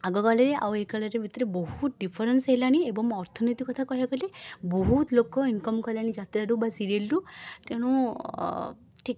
ଆଗକାଳରେ ଆଉ ଏ କାଳରେ ବହୁତ ଡିଫରେନ୍ସ ହେଲାଣି ଏବଂ ଅର୍ଥନୀତି କଥା କହିବାକୁ ଗଲେ ବହୁତ ଲୋକ ଇନକମ୍ କଲେଣି ଯାତ୍ରାରୁ ବା ସିରିଏଲ୍ରୁ ତେଣୁ ଠିକ୍